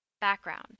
Background